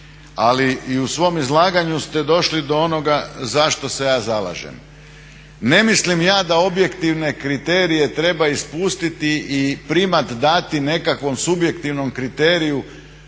Ali i u svom izlaganju ste došli do onoga zašto se ja zalažem. Ne mislim ja da objektivne kriterije treba ispustiti i primat dati nekakvom subjektivnom kriteriju